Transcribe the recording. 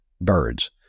birds